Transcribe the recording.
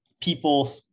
People